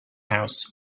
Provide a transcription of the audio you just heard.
house